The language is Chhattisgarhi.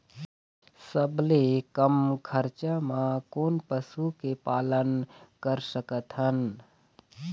सबले कम खरचा मा कोन पशु के पालन कर सकथन?